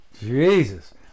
Jesus